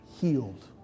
healed